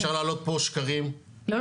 אפשר להעלות פה שקרים -- לא,